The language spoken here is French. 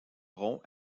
rompt